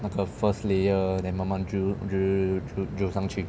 那个 first layer then 慢慢 drill drill drill 上去